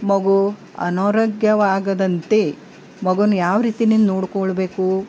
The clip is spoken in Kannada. ಮಗು ಅನಾರೋಗ್ಯವಾಗದಂತೆ ಮಗುನ್ನ ಯಾವ ರೀತಿಯಿಂದ ನೋಡಿಕೊಳ್ಬೇಕು